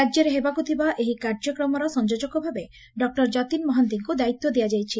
ରାଜ୍ୟରେ ହେବାକୁ ଥିବା ଏହି କାର୍ଯ୍ୟକ୍ରମର ସଂଯୋଜକ ଭାବେ ଡକୁର ଯତିନ ମହାନ୍ତିଙ୍କୁ ଦାୟିତ୍ୱ ଦିଆଯାଇଛି